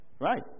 Right